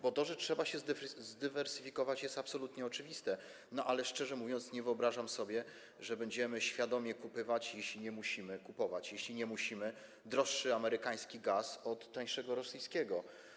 Bo to, że trzeba się zdywersyfikować, jest absolutnie oczywiste, ale szczerze mówiąc, nie wyobrażam sobie, że będziemy świadomie kupować, jeśli nie musimy, droższy amerykański gaz od tańszego rosyjskiego.